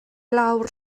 lawr